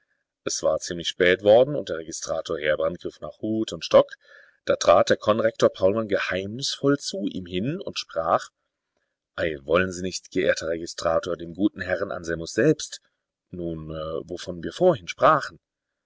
es war ziemlich spät worden und der registrator heerbrand griff nach hut und stock da trat der konrektor paulmann geheimnisvoll zu ihm hin und sprach ei wollen sie nicht geehrter registrator dem guten herrn anselmus selbst nun wovon wir vorhin sprachen